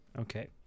Okay